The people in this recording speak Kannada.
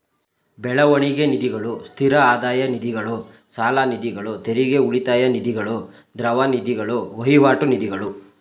ಬೆಳವಣಿಗೆ ನಿಧಿಗಳು, ಸ್ಥಿರ ಆದಾಯ ನಿಧಿಗಳು, ಸಾಲನಿಧಿಗಳು, ತೆರಿಗೆ ಉಳಿತಾಯ ನಿಧಿಗಳು, ದ್ರವ ನಿಧಿಗಳು, ವಹಿವಾಟು ನಿಧಿಗಳು